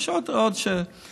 גם בקופות.